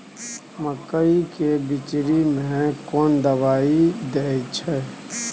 मकई के बिचरी में कोन दवाई दे छै?